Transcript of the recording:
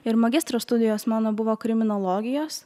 ir magistro studijos mano buvo kriminologijos